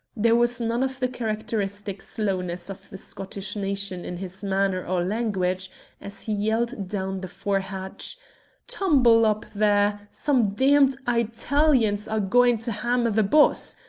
there was none of the characteristic slowness of the scottish nation in his manner or language as he yelled down the fore-hatch tumble up, there! some damned eye-talians are goin' to hammer the boss.